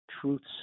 truths